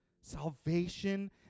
Salvation